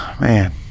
man